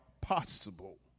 possible